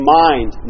mind